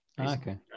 Okay